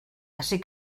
asi